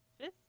fifth